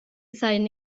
sajan